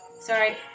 Sorry